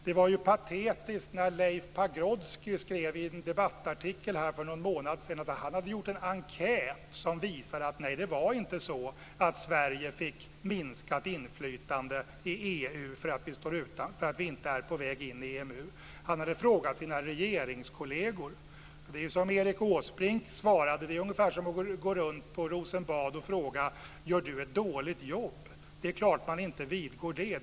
Det var ju patetiskt när Leif Pagrotsky skrev i en debattartikel här för någon månad sedan att han hade gjort en enkät som visade att Sverige inte skulle få minskat inflytande i EU för att vi inte är på väg in i EMU. Han hade frågat sina regeringskolleger. Det är ju som Erik Åsbrink svarade: Det är ungefär som att gå runt på Rosenbad och fråga: Gör du ett dåligt jobb? Det är klart att man inte vidgår det.